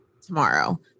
tomorrow